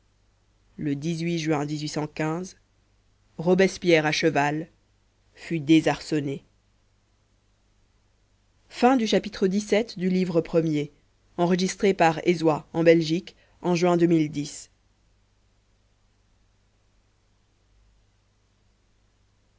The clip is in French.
le juin robespierre à cheval fut désarçonné chapitre